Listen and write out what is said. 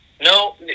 No